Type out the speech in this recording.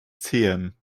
zehen